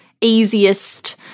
easiest